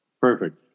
Perfect